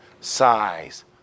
size